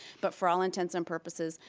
but for all intents and purposes,